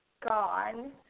gone